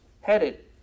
headed